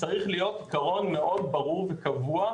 צריך להיות עקרון מאוד ברור וקבוע,